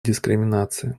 дискриминации